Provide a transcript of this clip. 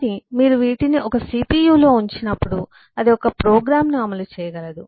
కానీ మీరు వాటిని ఒక CPU లో ఉంచినప్పుడు అది ఒక ప్రోగ్రామ్ను అమలు చేయగలదు